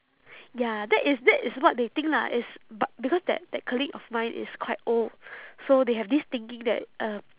ya that is that is what they think lah is but because that that colleague of mine is quite old so they have this thinking that uh